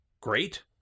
great